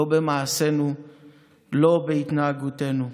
לא במעשינו ולא בהתנהגותנו.